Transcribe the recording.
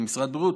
משרד בריאות,